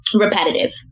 repetitive